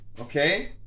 Okay